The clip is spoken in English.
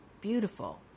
beautiful